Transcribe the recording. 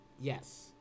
Yes